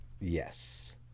Yes